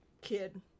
kid